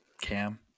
Cam